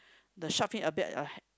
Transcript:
the shark fin a bit like